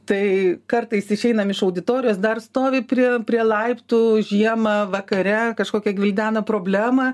tai kartais išeinam iš auditorijos dar stovi prie prie laiptų žiemą vakare kažkokią gvildena problemą